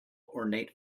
ornate